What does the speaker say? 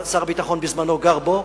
שר הביטחון בזמנו גר בו,